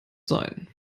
sein